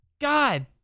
God